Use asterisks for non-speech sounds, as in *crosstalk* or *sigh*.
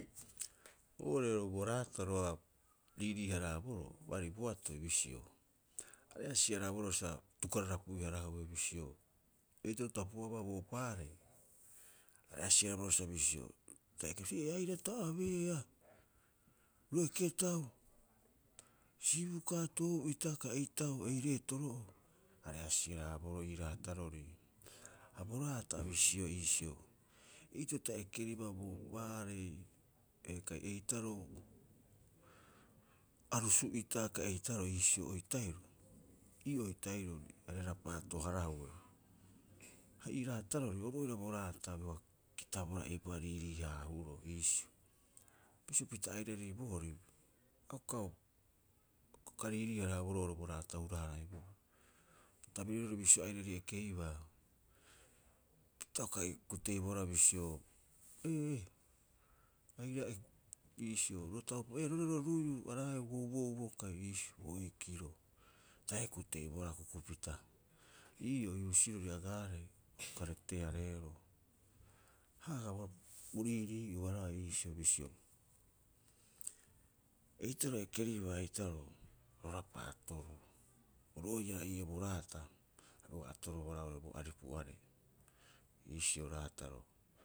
Oo'ore bo raataro a riirii- haraaboroo baari boatoi bisio, a re'asi- haraaboro sa atukararapiu- harahue. Bisio eitaroo ta pu'abaa bo ohopaarei, a re'asi- haraboroo sa bisio, ta ekeiba ee aira ta abeea ro eketau, siibuka'a tohu'ita kai etau, ei reetoro'oo. A re'asi haraboroo ii raatarori. Ha bo raata bisio iisio, eitaroo ta ekeribaa bo ohopaarei kai eitaroo arusu'ita kai eitaroo iisio oita'iro. Ii oita'irori aira rapaato- harahue. Ha ii raatarori oru oira bo raata a biga kitabohara eipa'oo a riiriihaahuroo iisio. Bisio pita airari bo hori, a uka, *hesitation* a uka riirii- haraaboroo bo raatao hura- haraiboroo. Bo tabrirori bisio airari ekeibaa, ta ukaae kuteibohara bisio, ee, airaa eke, iisio ro tauparu, ee roreroo ruiiu araa'eu bo uo'uo kai iisio. Boikiro, taae kuteibohara akukupita. Ii'oo ii husirori agaarei, a uka rete- hareero. Ha agaa bo riirii'ua roga'a iisio bisio, eitaroo ekeribaa eitaroo, ro rapaatoruu. Oru oira ii'oo bo raata, a bioga atorobohara bo aripuarei, iisio raataro.